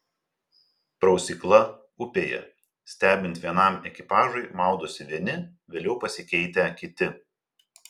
prausykla upėje stebint vienam ekipažui maudosi vieni vėliau pasikeitę kiti